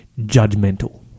judgmental